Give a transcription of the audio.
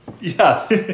Yes